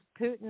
Putin